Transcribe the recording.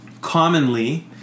commonly